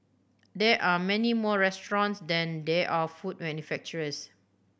there are many more restaurants than there are food manufacturers